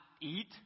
eat